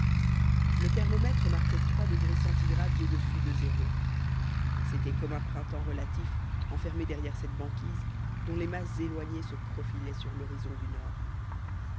le thermomètre marquait trois degrés centigrades au-dessus de zéro c'était comme un printemps relatif enfermé derrière cette banquise dont les masses